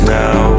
now